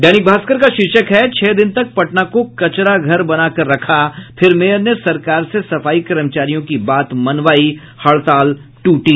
दैनिक भास्कर का शीर्षक है छह दिन तक पटना को कचरा घर बना कर रखा फिर मेयर ने सरकार से सफाई कर्मचारियों की बात मनवाई हड़ताल ट्रटी